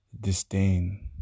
disdain